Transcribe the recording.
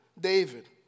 David